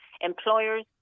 employers